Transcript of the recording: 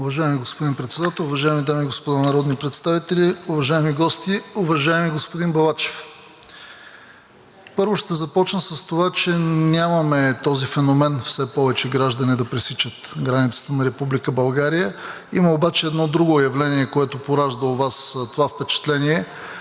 Уважаеми господин Председател, уважаеми дами и господа народни представители, уважаеми гости! Уважаеми господин Балачев, първо ще започна с това, че нямаме този феномен все повече граждани да пресичат границата на Република България. Има обаче едно друго явление, което поражда у Вас това впечатление.